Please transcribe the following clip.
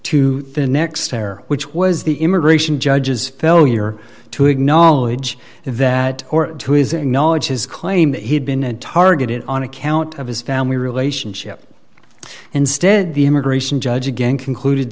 to the next terror which was the immigration judges failure to acknowledge that or to is acknowledge his claim that he had been targeted on account of his family relationship instead the immigration judge again concluded